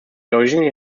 originally